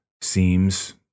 seems